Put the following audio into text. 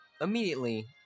immediately